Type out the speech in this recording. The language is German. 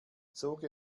zog